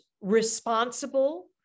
responsible